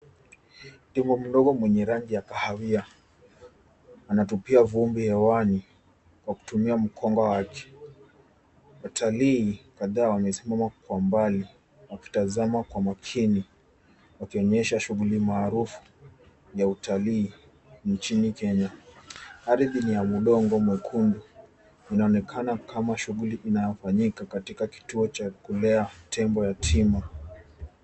Tembo mdogo mwenye rangi ya kahawia anatupia vumbi hewani kwa kutumia mkonga wake. Watalii kadhaa wamesimama kwa mbali wakitazama kwa makini wakionyesha shughuli maarufu ya uatalii nchini Kenya. Ardhi ni ya udongo mwekundu. Inaonekana kama shughuli inayofanyika katika kituo cha kulea tembo yatima.